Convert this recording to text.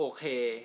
Okay